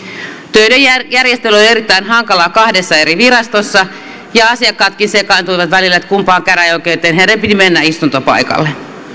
töiden järjestely oli erittäin hankalaa kahdessa eri virastossa ja asiakkaatkin sekaantuivat välillä että kumpaan käräjäoikeuteen heidän piti mennä istuntopaikalle